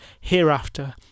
Hereafter